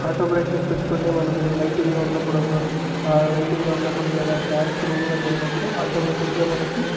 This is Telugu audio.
ఆటో బ్రైట్నెస్ పెట్టుకుంటే మనము లైటింగ్లో ఉన్నప్పుడు ఓక లైటింగ్లో ఉన్నప్పుడు లేదా డార్క్ రూములోకి వెళ్ళినప్పుడు ఆటోమేటిక్గా మనకి